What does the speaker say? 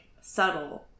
subtle